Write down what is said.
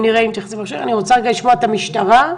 אני רוצה לשמוע התייחסות של המשטרה.